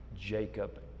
Jacob